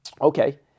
Okay